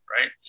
right